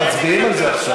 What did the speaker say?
אנחנו מצביעים על זה עכשיו.